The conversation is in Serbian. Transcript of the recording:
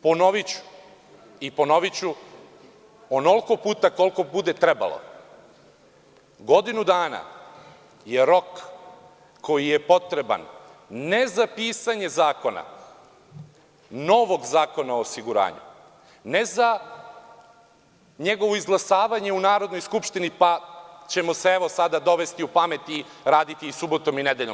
Ponoviću onoliko puta koliko bude trebalo, godinu dana je rok koji je potreban, ne za pisanje zakona, novog zakona o osiguranju, ne za njegovoizglasavanje u Narodnoj skupštini, pa ćemo se sada dovesti u pamet i raditi subotom i nedeljom.